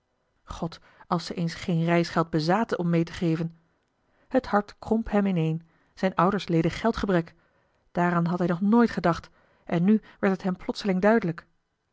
god als ze eens geen reisgeld bezaten om mee te geven het hart kromp hem in éen zijne ouders leden geldgebrek daaraan had hij nog nooit gedacht en nu werd het hem plotseling duidelijk